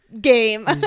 game